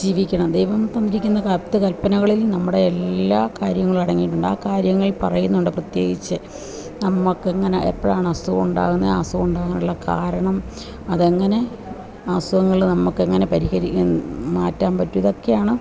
ജീവിക്കണം ദൈവം തന്നിരിക്കുന്ന പത്തു കൽപ്പനകളില് നമ്മുടെ എല്ലാ കാര്യങ്ങളും അടങ്ങിയിട്ടുണ്ട് ആ കാര്യങ്ങൾ പറയുന്നുണ്ട് പ്രത്യേകിച്ച് നമുക്കെങ്ങനെ എപ്പോഴാണ് അസുഖം ഉണ്ടാകുന്നത് അസുഖം ഉണ്ടാകാനുള്ള കാരണം അതങ്ങനെ അസുഖങ്ങൾ നമുക്ക് എങ്ങനെ പരിഹരി മാറ്റാൻ പറ്റും ഇതൊക്കെയാണ്